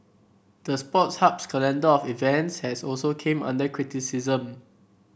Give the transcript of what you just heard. the Sports Hub's calendar of events has also came under criticism